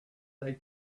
they